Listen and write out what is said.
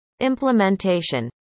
implementation